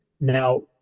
Now